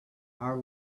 our